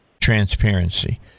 transparency